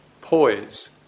poise